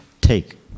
take